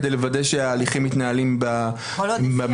כדי לוודא שההליכים מתנהלים במהירות.